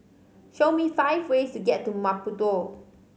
show me five ways to get to Maputo